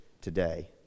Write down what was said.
today